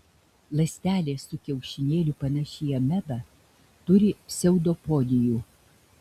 ląstelė su kiaušinėliu panaši į amebą turi pseudopodijų